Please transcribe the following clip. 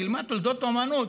אני אלמד תולדות האומנות,